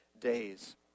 days